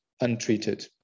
untreated